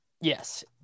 Yes